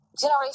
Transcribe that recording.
generation